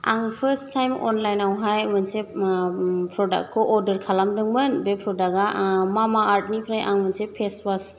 आं first time अनलाइनावहाय मोनसे प्रदागखौ अर्डार खालामदोंमोन बे प्रदागा मा मा आर्दनिफ्राय आं मोनसे फेसवास